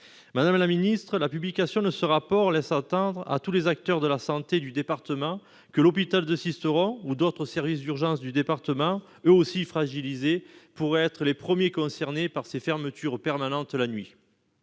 Madame la secrétaire d'État, la publication de ce rapport laisse entendre à tous les acteurs de la santé du département que l'hôpital de Sisteron ou d'autres services d'urgence du département, eux aussi fragilisés, pourraient être les premiers concernés par ces fermetures permanentes la nuit.